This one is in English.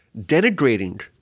Denigrating